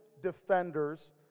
defenders